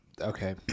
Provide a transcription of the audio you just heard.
Okay